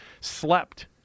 slept